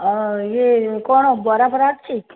ଆଉ ଇଏ କ'ଣ ବରା ଫରା ଅଛି